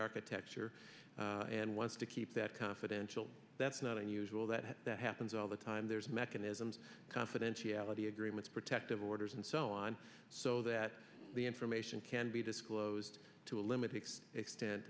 architecture and wants to keep that confidential that's not unusual that that happens all the time there's mechanisms confidentiality agreements protective orders and so on so that the information can be disclosed to a limited extent